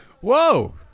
Whoa